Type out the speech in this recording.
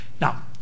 Now